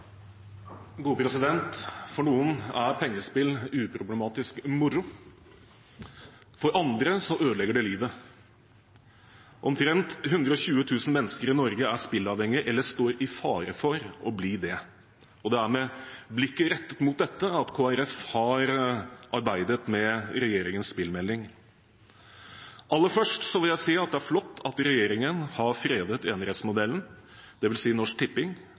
eller står i fare for å bli det. Det er med blikket rettet mot dette at Kristelig Folkeparti har arbeidet med regjeringens spillmelding. Aller først vil jeg si at det er flott at regjeringen har fredet enerettsmodellen, dvs. Norsk Tipping,